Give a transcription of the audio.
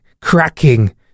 cracking